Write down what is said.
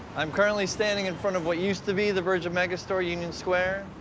i'm currently standing in front of what used to be the virgin mega store union square,